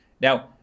Now